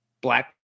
black